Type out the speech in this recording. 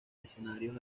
escenarios